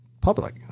public